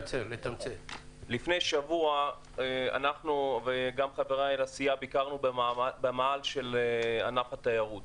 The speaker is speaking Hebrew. לפני שבוע חברי לסיעה ואני ביקרנו במאהל של ענף התיירות.